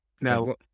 Now